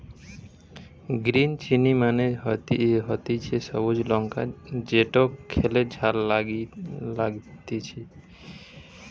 green chilli মানে হতিছে সবুজ লঙ্কা যেটো খেতে ঝাল লাগতিছে